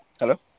Hello